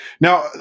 Now